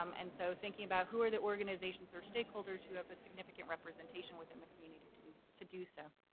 um and so thinking about who are the organizations or stakeholders who have significant representation within the community to do to do so.